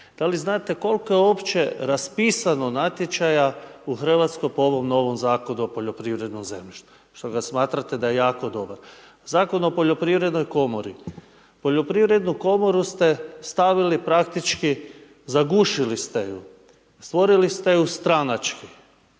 Da li znate koliko je uopće raspisano natječaja u Hrvatskoj po ovom novom Zakonu o poljoprivrednom zemljištu što ga smatrate da je jako dobar? Zakon o Zakon o Poljoprivrednoj komori. Poljoprivrednu komoru ste stavili praktički, zagušili ste ju. Stvorili ste ju stranački.